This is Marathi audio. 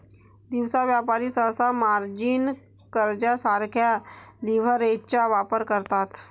दिवसा व्यापारी सहसा मार्जिन कर्जासारख्या लीव्हरेजचा वापर करतात